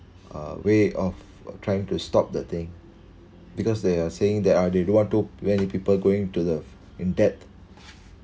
uh way of trying to stop the thing because they are saying that uh they don't want to any people going to the in debt